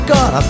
God